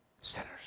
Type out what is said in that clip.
sinners